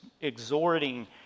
exhorting